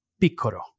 Piccolo